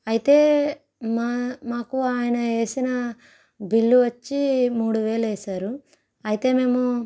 అయితే మా మాకు ఆయన వేసిన బిల్లు వచ్చి మూడు వేలు వేశారు అయితే మేము